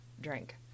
drink